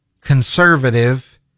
conservative